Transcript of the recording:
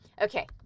Okay